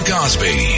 Cosby